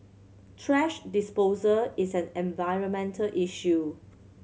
thrash disposal is an environmental issue